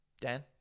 Dan